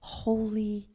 holy